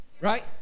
right